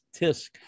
tisk